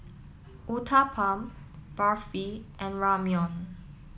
Uthapam Barfi and Ramyeon